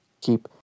keep